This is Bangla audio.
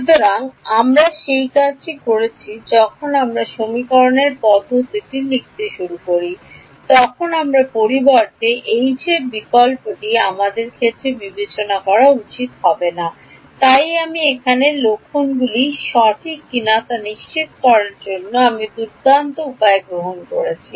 সুতরাং আমরা সেই কাজটি করছি যখন আমরা সমীকরণের পদ্ধতিটি লিখতে শুরু করি যখন আমার পরিবর্তে এর বিকল্পটি আমাদের ক্ষেত্রে বিবেচনা করা উচিত না তাই আমি এখানে লক্ষণগুলি সঠিক কিনা তা নিশ্চিত করার জন্য আমি দুর্দান্ত উপায় গ্রহণ করছি